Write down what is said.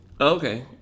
Okay